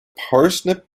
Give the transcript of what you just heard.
parsnip